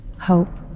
Hope